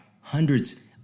hundreds